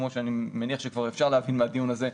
כמו שאני מניח שכבר אפשר להבין מהדיון הזה,